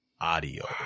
Audio